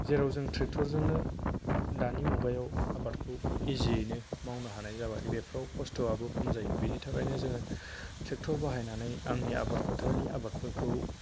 जेराव जों ट्रेक्टरजोंनो दानि मुगायाव आबादखौ इजियैनो मावनो हानाय जाबाय बेफोराव कस्त'आबो खम जायो बिनि थाखायनो जोङो ट्रेक्टर बाहायनानै आंनि आबाद फोथारनि आबादफोरखौ